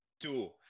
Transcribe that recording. two